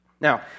Now